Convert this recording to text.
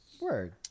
Word